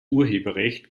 urheberrecht